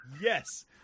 Yes